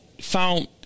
found